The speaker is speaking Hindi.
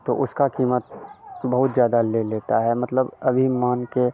तो उसका कीमत बहुत ज़्यादा ले लेता है मतलब अभी मानकर